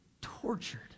tortured